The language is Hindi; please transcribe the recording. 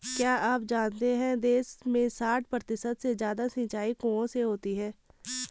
क्या आप जानते है देश में साठ प्रतिशत से ज़्यादा सिंचाई कुओं से होती है?